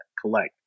collect